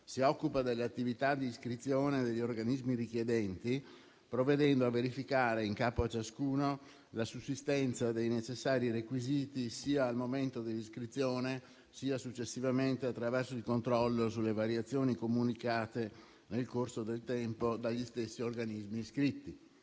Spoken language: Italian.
si occupa delle attività di iscrizione degli organismi richiedenti, provvedendo a verificare in capo a ciascuno la sussistenza dei necessari requisiti, sia al momento dell'iscrizione sia successivamente, attraverso il controllo sulle variazioni comunicate nel corso del tempo dagli stessi organismi iscritti.